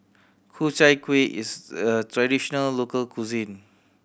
Ku Chai Kuih is a traditional local cuisine